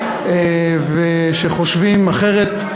שחושבים אחרת,